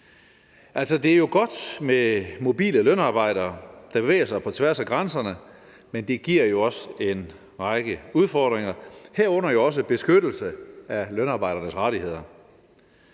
Det er jo godt med mobile lønarbejdere, der bevæger sig på tværs af grænserne, men det giver også en række udfordringer, herunder også beskyttelse af lønarbejdernes rettigheder.